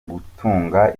gutunga